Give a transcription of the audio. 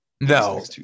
No